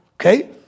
Okay